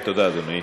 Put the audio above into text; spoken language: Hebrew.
תודה רבה, אדוני.